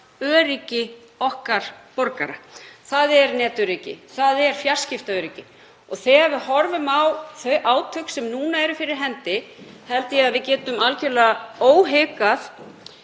öryggi borgara okkar. Það er netöryggi, það er fjarskiptaöryggi. Þegar við horfum á þau átök sem nú eru fyrir hendi held ég að við getum algerlega óhikað